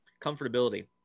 comfortability